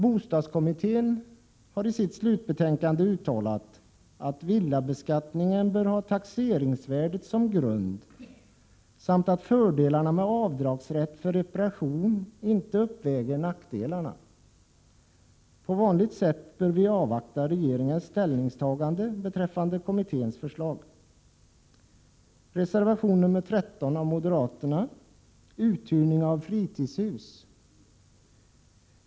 Bostadskommittén har i sitt slutbetänkande uttalat, att villabeskattningen bör ha taxeringsvärdet som grund samt att fördelarna med avdragsrätt för reparationer inte uppväger nackdelarna. På vanligt sätt bör vi avvakta regeringens ställningstagande beträffande kommitténs förslag. Reservation nr 13 av moderaterna handlar om uthyrning av fritidshus.